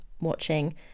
watching